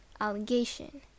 allegation